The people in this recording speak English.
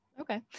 Okay